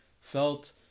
felt